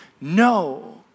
no